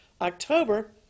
October